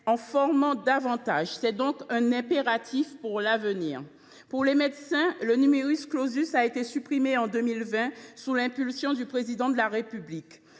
en formant davantage. C’est un impératif pour l’avenir. Pour les médecins, le a été supprimé en 2020, sous l’impulsion du Président de la République.